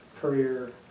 career